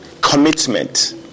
commitment